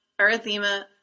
erythema